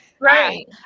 Right